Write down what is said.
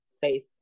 Faith